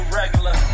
regular